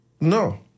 No